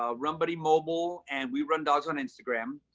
ah run buddy mobile and we run dogs on instagram.